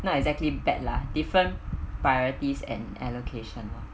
not exactly bad lah different priorities and allocation loh